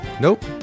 Nope